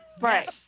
Right